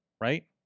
Right